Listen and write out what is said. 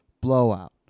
Blowout